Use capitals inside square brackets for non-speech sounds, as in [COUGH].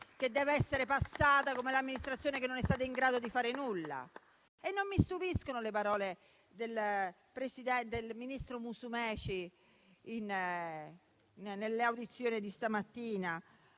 che deve essere fatta passare come l'amministrazione che non è stata in grado di fare nulla. [APPLAUSE] Non mi stupiscono le parole del ministro Musumeci nell'audizione di stamattina